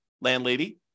landlady